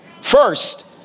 First